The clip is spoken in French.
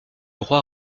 roi